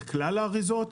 בכלל האריזות,